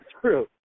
true